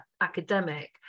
academic